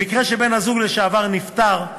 במקרה שבן-הזוג לשעבר נפטר,